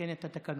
לתקן את התקנון.